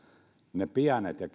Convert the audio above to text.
ne pienet ja